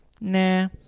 nah